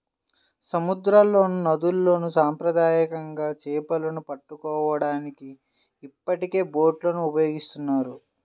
సముద్రాల్లోనూ, నదుల్లోను సాంప్రదాయకంగా చేపలను పట్టుకోవడానికి ఇప్పటికే బోట్లను ఉపయోగిస్తున్నారు